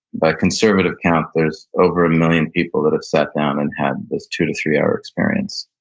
by conservative count there's over a million people that have sat down and had this two to three hour experience.